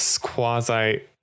quasi